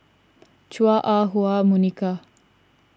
Chua Ah Huwa Monica